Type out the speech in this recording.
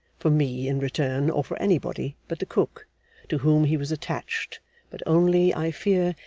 for me in return, or for anybody but the cook to whom he was attached but only, i fear,